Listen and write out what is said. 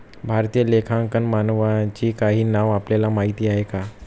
भारतीय लेखांकन मानकांची काही नावं आपल्याला माहीत आहेत का?